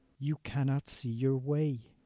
you cannot see your way.